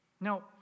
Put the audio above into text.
Now